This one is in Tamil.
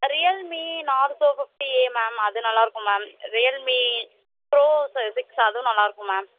ரியல் மி நார்சோ ஃபிஃப்டி ஏ மேம் அது நல்லா இருக்கும் ma'am Realme pros six அதுவும் நல்லா இருக்கும் மேம்